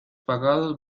pagados